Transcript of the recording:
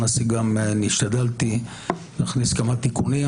השתדלתי להכניס כמה תיקונים,